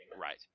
Right